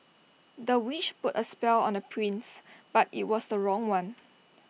the witch put A spell on the prince but IT was the wrong one